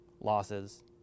losses